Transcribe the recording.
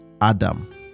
Adam